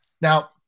Now